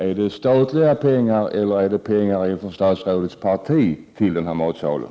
Är det statliga pengar eller är det pengar från statsrådets parti som skall användas till matsalen?